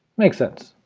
makes sense.